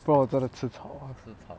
不然我真的吃草 ah